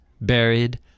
buried